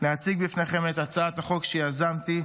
להציג בפניכם את הצעת החוק שיזמתי,